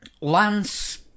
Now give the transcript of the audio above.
Lance